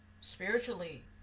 spiritually